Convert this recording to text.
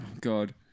god